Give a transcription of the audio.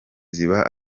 ziba